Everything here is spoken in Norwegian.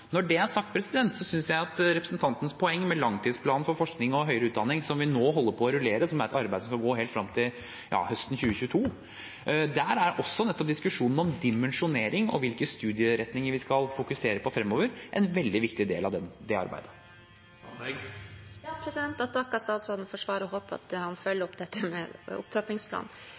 Når det er sagt: I langtidsplanen for forskning og høyere utdanning som vi nå holder på å rullere, og som er et arbeid som skal gå helt frem til høsten 2022, er nettopp diskusjonen om dimensjonering og hvilke studieretninger vi skal fokusere på fremover, en veldig viktig del. Jeg takker statsråden for svaret og håper han følger opp dette med opptrappingsplanen.